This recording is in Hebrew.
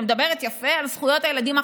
שמדברת יפה על זכויות הילדים החרדים,